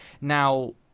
Now